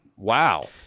Wow